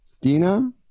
Dina